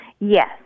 Yes